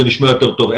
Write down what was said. זה נשמע יותר טוב.